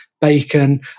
bacon